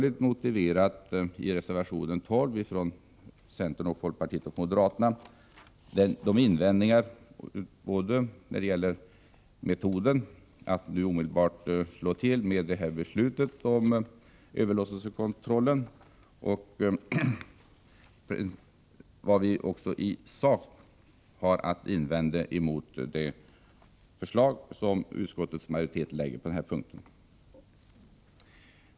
I reservation 12 har vi från centern, folkpartiet och moderaterna utförligt motiverat både de invändningar vi har när det gäller metoden att omedelbart slå till med ett förslag beträffande överlåtelsekontrollen och våra invändningar i sak mot utskottsmajoritetens förslag som sådant på denna punkt.